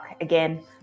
Again